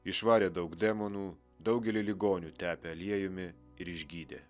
išvarė daug demonų daugelį ligonių tepė aliejumi ir išgydė